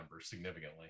significantly